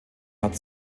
hat